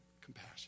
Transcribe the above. compassion